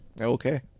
Okay